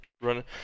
running